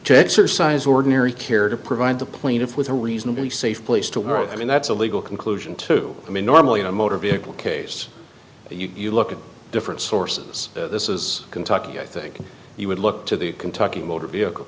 to exercise ordinary care to provide the plaintiff with a reasonably safe place to work i mean that's a legal conclusion too i mean normally in a motor vehicle case you look at different sources this is kentucky i think you would look to the kentucky motor vehicle